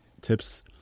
tips